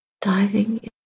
Diving